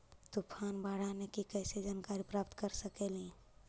तूफान, बाढ़ आने की कैसे जानकारी प्राप्त कर सकेली?